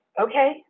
okay